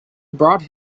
brought